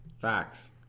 Facts